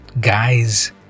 guys